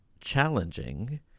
challenging